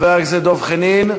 חבר הכנסת דב חנין.